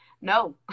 no